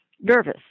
nervous